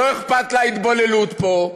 לא אכפת לה התבוללות פה,